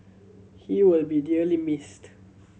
he will be dearly missed